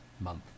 month